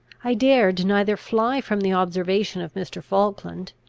i dared neither fly from the observation of mr. falkland,